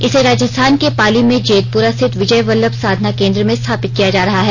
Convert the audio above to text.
इसे राजस्थान के पाली में जेतपुरा स्थित विजय वल्लभ साधना केंद्र में स्थापित किया जा रहा है